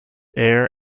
air